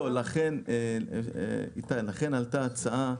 עלתה הצעה,